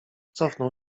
cofnął